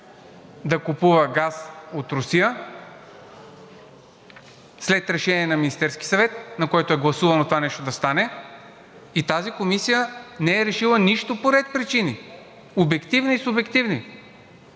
да купува газ от Русия след решение на Министерския съвет, на който е гласувано това нещо да стане, и тази комисия не е решила нищо по ред причини – обективни и субективни.